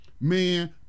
man